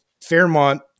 Fairmont